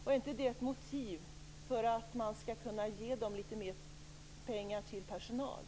Är inte det ett motiv för att ge arbetsförmedlingarna litet mer pengar till personal?